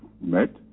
met